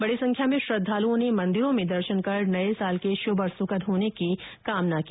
बड़ी संख्या में श्रद्धालुओं ने मंदिरों में दर्शन कर नये साल के शुभ और सुखद होने की कामना की